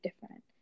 different